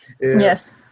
Yes